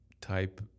type